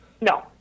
No